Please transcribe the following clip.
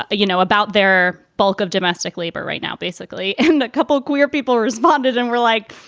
ah you know, about their bulk of domestic labor right now, basically. and a couple of queer people responded and were like,